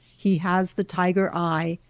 he has the tiger eye,